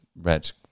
red